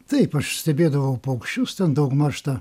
taip aš stebėdavau paukščius ten daugmaž tą